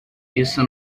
isso